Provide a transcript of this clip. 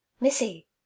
Missy